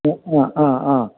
ഏ ആ ആ ആ